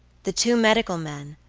the two medical men,